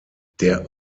der